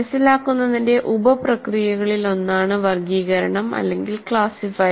മനസ്സിലാക്കുന്നതിന്റെ ഉപ പ്രക്രിയകളിലൊന്നാണ് വർഗീകരണം ക്ലാസിഫൈ